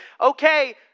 okay